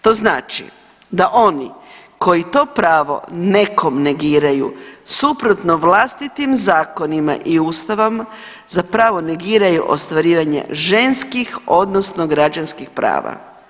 To znači da oni koji to pravo nekom negiraju suprotno vlastitim zakonima i ustavom za pravo negiraju ostvarivanje ženskih odnosno građanskih prava.